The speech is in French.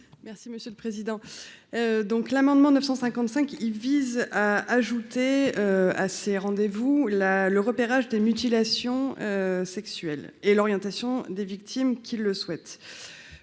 Merci monsieur le président, donc l'amendement 955 il vise à ajouter à ses rendez-vous là le repérage. Des mutilations sexuelles et l'orientation des victimes qui le souhaitent,